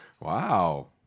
Wow